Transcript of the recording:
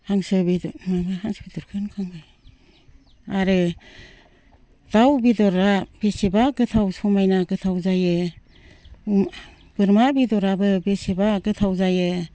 हांसो बेदर हांसो बेदरखौ होनखांबाय आरो दाउ बेदरा बेसेबा गोथाव समायना गोथाव जायो बोरमा बेदराबो बेसेबा गोथाव जायो